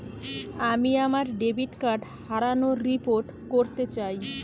আমি আমার debit card হারানোর রিপোর্ট করতে চাই